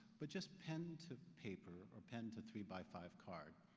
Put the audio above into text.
but just pen to paper or pen to three-by-five card.